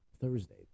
Thursday